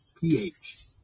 pH